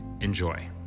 Enjoy